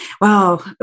Wow